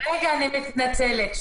אני מתנצלת.